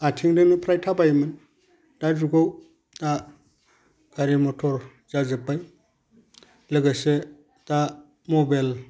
आथिंजोंनो फ्राय थाबायोमोन दा जुगाव दा गारि मथर जाजोब्बाय लोगोसे दा मबेल